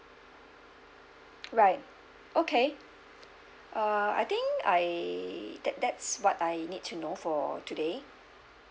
right okay uh I think I that that's what I need to know for today